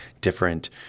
different